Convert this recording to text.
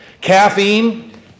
caffeine